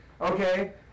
okay